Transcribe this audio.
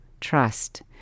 trust